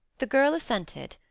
the girl assented,